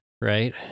right